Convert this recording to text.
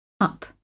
Up